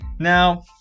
Now